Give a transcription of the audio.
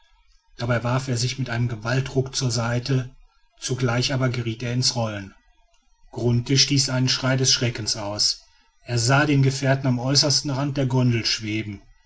dabei warf er sich mit einem gewaltruck zur seite zugleich aber geriet er ins rollen grunthe stieß einen schrei des schreckens aus er sah den gefährten am äußersten rande der gondel schweben